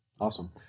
Awesome